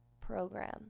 program